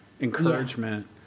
encouragement